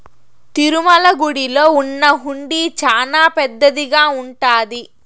తిరుమల గుడిలో ఉన్న హుండీ చానా పెద్దదిగా ఉంటాది